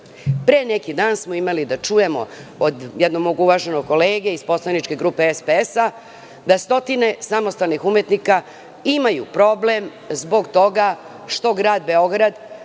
Pre neki dan smo imali da čujemo od jednog mog uvaženog kolege iz poslaničke grupe SPS da stotine samostalnih umetnika imaju problem zbog toga što Grad Beograd